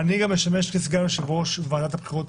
יתוקן ויותאם למאה ה-21 ולעידן הנוכחי,